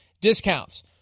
discounts